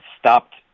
stopped